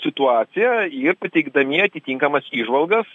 situaciją ir pateikdami atitinkamas įžvalgas